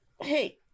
Hey